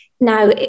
now